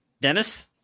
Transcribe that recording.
Dennis